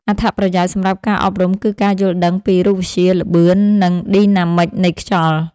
អត្ថប្រយោជន៍សម្រាប់ការអប់រំគឺការយល់ដឹងពី រូបវិទ្យា ល្បឿន និងឌីណាមិកនៃខ្យល់។